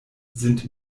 sind